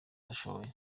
arashoboye